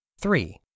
Three